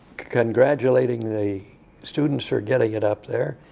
congratulating the students for getting it up there.